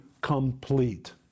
complete